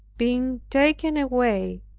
being taken away,